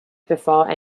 before